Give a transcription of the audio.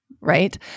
right